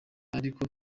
ariko